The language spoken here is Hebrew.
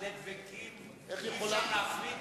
שני דבקים שאי-אפשר להפריד ביניהם.